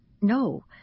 No